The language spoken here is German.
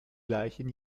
gleichen